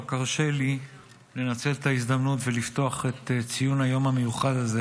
הרשה לי רק לנצל את ההזדמנות ולפתוח את ציון היום המיוחד הזה